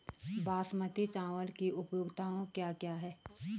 बासमती चावल की उपयोगिताओं क्या क्या हैं?